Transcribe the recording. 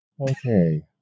Okay